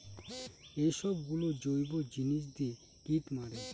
এইসব গুলো জৈব জিনিস দিয়ে কীট মারে